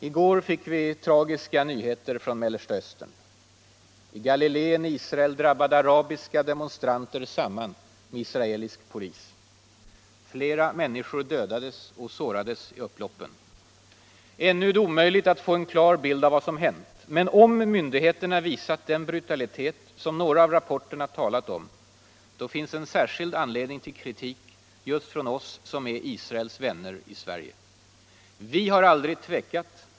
I går fick vi tragiska nyheter från Mellersta Östern. I Galiléen i Israel drabbade arabiska demonstranter samman med israelisk polis. Flera människor dödades och sårades i upploppen. Ännu är det omöjligt att få en klar bild av vad som hänt. Men om myndigheterna visat den brutalitet som några av rapporterna talat om, finns en särskild anledning till kritik just från oss som är Israels vänner i Sverige.